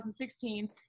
2016